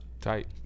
Tight